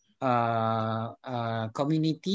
community